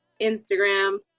Instagram